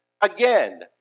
again